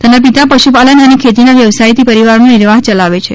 તેના પિતા પશુપાલન અને ખેતીના વ્યવસાયથી પરિવારનો નિર્વાહ યલાવે છે